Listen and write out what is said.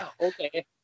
okay